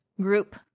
group